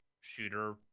shooter